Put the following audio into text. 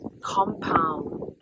compound